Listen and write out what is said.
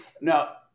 Now